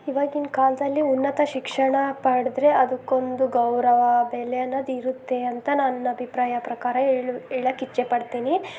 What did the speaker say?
ಇವಾಗಿನ ಕಾಲದಲ್ಲಿ ಉನ್ನತ ಶಿಕ್ಷಣ ಪಡೆದ್ರೆ ಅದಕ್ಕೊಂದು ಗೌರವ ಬೆಲೆ ಅನ್ನೋದು ಇರುತ್ತೆ ಅಂತ ನನ್ನ ಅಭಿಪ್ರಾಯ ಪ್ರಕಾರ ಹೇಳು ಹೇಳಕ್ ಇಚ್ಛೆಪಡ್ತೀನಿ